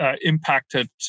impacted